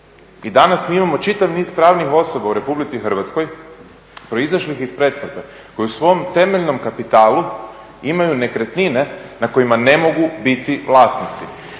i danas mi imamo čitav niz pravnih osoba u RH proizašlih iz pretvorbe koje u svom temeljnom kapitalu imaju nekretnine na kojima ne mogu biti vlasnici.